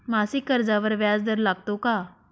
मासिक कर्जावर व्याज दर लागतो का?